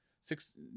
six